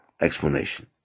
explanation